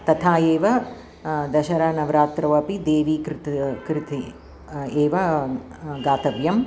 तथा एव दशरा नवरात्रौ अपि देवी कृतिः कृतिः एव गातव्यम्